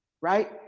right